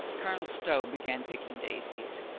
colonel stow began picking daisies.